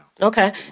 Okay